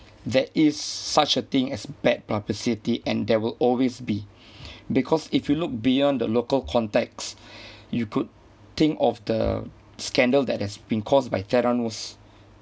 there is such a thing as bad publicity and there will always be because if you look beyond the local contacts you could think of the scandal that has been caused by theranos